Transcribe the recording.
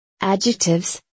Adjectives